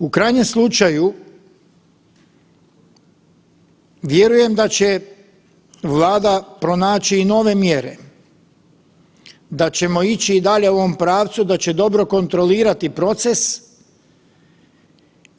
U krajnjem slučaju vjerujem da će Vlada pronaći i nove mjere, da ćemo ići i dalje u ovom pravcu, da će dobro kontrolirati proces